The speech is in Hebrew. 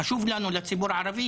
קודם כל להידבר.